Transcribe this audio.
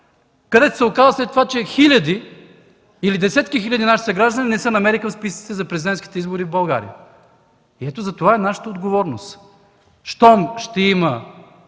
където се оказало, че хиляди и десетки хиляди наши съграждани не се намериха в списъците за президентските избори в България? Затова е нашата отговорност. Щом ще има